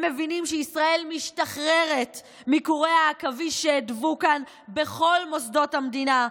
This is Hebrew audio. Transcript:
הם מבינים שישראל משתחררת מקורי העכביש שהתוו כאן בכל מוסדות המדינה,